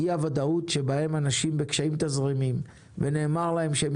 אי-הוודאות של אנשים בקשיים תזרימיים ונאמר להם שהם